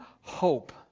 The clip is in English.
hope